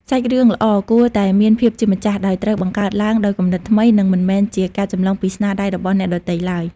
សាច់រឿងល្អគួរតែមានភាពជាម្ចាស់ ដោយត្រូវបង្កើតឡើងដោយគំនិតថ្មី និងមិនមែនជាការចម្លងពីស្នាដៃរបស់អ្នកដទៃឡើយ។